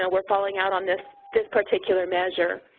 ah we're following out on this this particular measure.